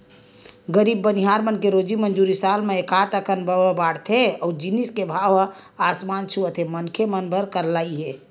गरीब बनिहार मन के रोजी मंजूरी ह साल म एकात अकन बाड़थे अउ जिनिस के भाव ह आसमान छूवत हे मनखे मन बर करलई हे